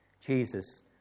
Jesus